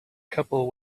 couple